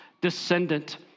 descendant